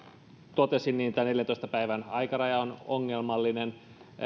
totesi tämä neljäntoista päivän aikaraja on ongelmallinen